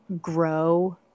grow